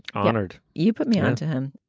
honored you put me on to him.